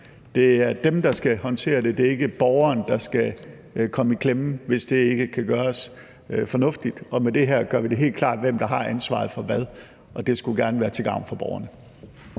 Det er dem, der skal håndtere det. Det er ikke borgeren, der skal komme i klemme, hvis det ikke kan gøres fornuftigt. Og med det her gør vi det helt klart, hvem der har ansvaret for hvad. Det skulle gerne være til gavn for borgerne.